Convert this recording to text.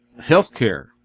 healthcare